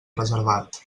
reservat